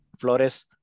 Flores